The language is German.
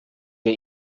wir